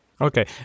Okay